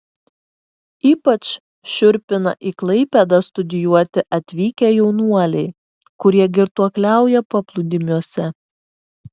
ypač šiurpina į klaipėdą studijuoti atvykę jaunuoliai kurie girtuokliauja paplūdimiuose